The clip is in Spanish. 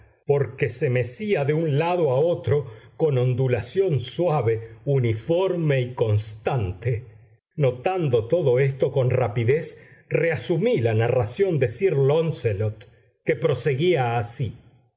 porque se mecía de un lado a otro con ondulación suave uniforme y constante notando todo esto con rapidez reasumí la narración de sir láuncelot que proseguía así